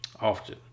often